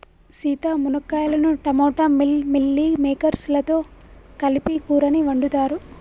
సీత మునక్కాయలను టమోటా మిల్ మిల్లిమేకేర్స్ లతో కలిపి కూరని వండుతారు